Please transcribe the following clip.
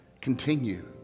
continue